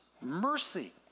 mercy